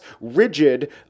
rigid